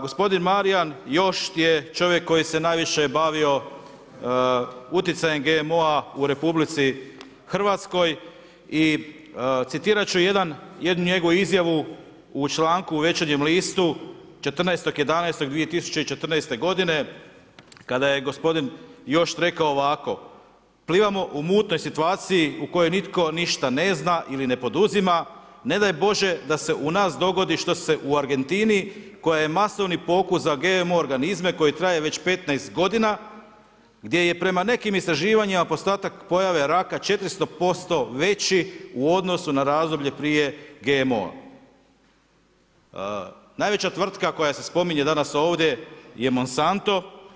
Gospodin Marijan još je čovjek koji se najviše bavio utjecajem GMO u RH i citirati ću jednu njegovu izjavu u članku u Večernjem listu, 14.11.2014. g. kada je gospodin Jošt rekao ovako „Plivamo u mutnoj situaciji u kojoj nitko ništa ne zna ili ne poduzima, ne daj Bože da se u nas dogodi što se u Argentini, koja je masovni pokus za GMO organizme, koji traju već 15.g. gdje je prema nekim istraživanjima postotak pojave raka 400% veći, u odnosu na razdoblje prije GMO-a.“ Najveća tvrtka koja se spominje danas ovdje je Monsanto.